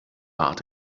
hart